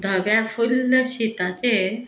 धव्या फुल्ल शिताचेर